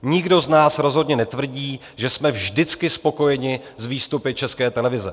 Nikdo z nás rozhodně netvrdí, že jsme vždycky spokojeni s výstupy České televize.